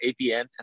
apn